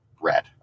red